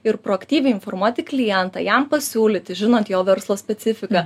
ir proaktyviai informuoti klientą jam pasiūlyti žinant jo verslo specifiką